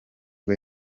bwo